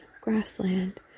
grassland